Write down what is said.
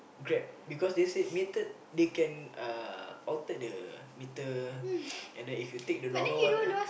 Grab because they said metered they can uh alter the meter and then if you take the normal one ah